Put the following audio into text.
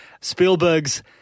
Spielberg's